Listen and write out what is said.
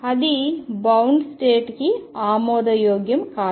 అది bound state కి ఆమోదయోగ్యం కాదు